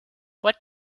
what